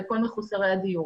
לכל מחוסרי הדיור.